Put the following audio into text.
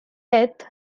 death